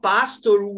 Pastor